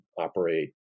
operate